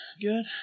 Good